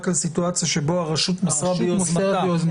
על סיטואציה שבה הרשות מוסרה ביוזמתה,